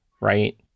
right